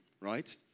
right